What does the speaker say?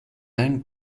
own